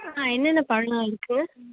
ஆ என்னென்ன பழம்லாம் இருக்கு